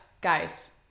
Guys